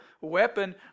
weapon